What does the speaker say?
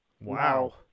Wow